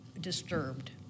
disturbed